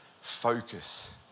focus